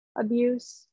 abuse